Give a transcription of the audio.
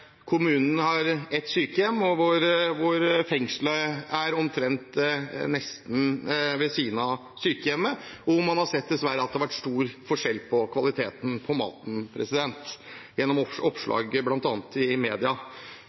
kommunen har et sykehjem og fengselet ligger nesten ved siden av sykehjemmet. Der har man gjennom oppslag i media sett, dessverre, at det har vært stor forskjell på kvaliteten på maten.